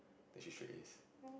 then she straight As